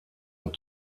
und